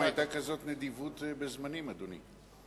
למה היתה כזאת נדיבות בזמנים, אדוני?